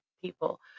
people